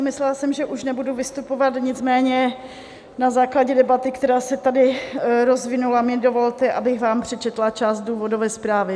Myslela jsem, že už nebudu vystupovat, nicméně na základě debaty, která se tady rozvinula, mi dovolte, abych vám přečetla část důvodové zprávy.